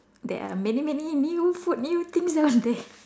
there are many many new food new things that was there